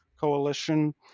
coalition